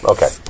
Okay